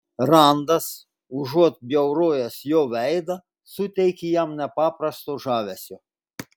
randas užuot bjaurojęs jo veidą suteikė jam nepaprasto žavesio